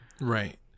Right